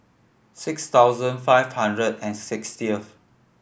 six thousand five hundred and sixtieth